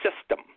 system